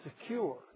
secure